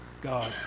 God